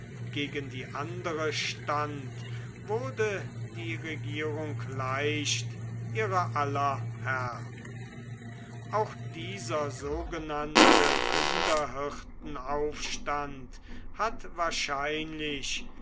gegen die andere stand wurde die regierung leicht ihrer aller herr auch dieser sogenannte rinderhirtenaufstand hat wahrscheinlich